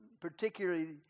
particularly